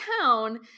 town